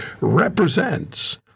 represents